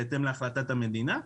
בהתאם להחלטת המדינה.